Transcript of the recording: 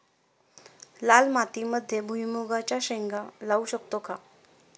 लाल मातीमध्ये भुईमुगाच्या शेंगा लावू शकतो का?